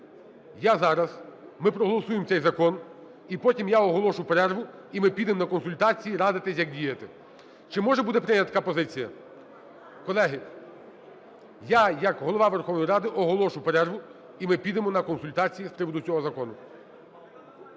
Я зараз… ми проголосуємо цей закон і потім я оголошу перерву, і ми підемо на консультації радитися, як діяти. Чи може бути прийнята така позиція? Колеги, я як Голова Верховної Ради оголошу перерву і ми підемо на консультації з приводу цього закону.